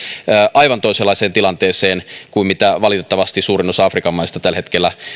aivan toisenlaiseen tilanteeseen kuin missä valitettavasti suurin osa afrikan maista tällä hetkellä